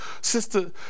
sister